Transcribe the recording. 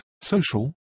social